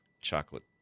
chocolate